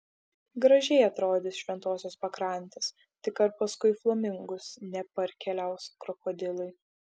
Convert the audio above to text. gražiai atrodys šventosios pakrantės tik ar paskui flamingus neparkeliaus krokodilai